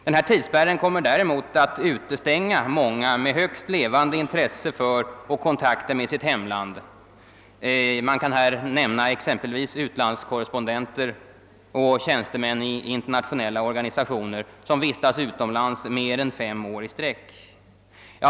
Denna tidsspärr kommer däremot att utestänga många med ett högst levande intresse för sitt hemland. Man kan nämna exempelvis utlandskorrespondenter och tjänstemän i internationella organisationer som vistas utomlands mer än fem år i sträck.